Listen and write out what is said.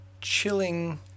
chilling